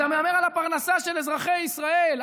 אתה מהמר על הפרנסה של אזרחי ישראל,